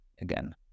again